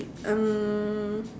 um